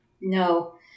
no